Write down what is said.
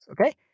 okay